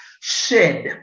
shed